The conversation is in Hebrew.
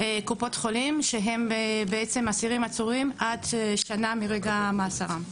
קופות חולים שהם בעצם אסירים עצורים עד שהשתנה מרגע מאסרם.